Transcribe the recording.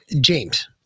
James